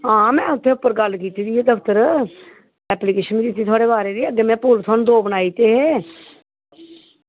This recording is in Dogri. आं में ओह्दे उप्पर गल्ल कीती दी ऐ दफ्तर इप्लीकेशन दिती थुआढ़े बारै च अग्गें थुहानू दे पुल बनाई दित्ते हे